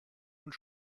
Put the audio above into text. und